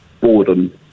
Boredom